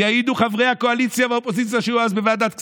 יעידו חברי הקואליציה והאופוזיציה שהיו אז בוועדת כספים.